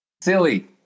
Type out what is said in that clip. silly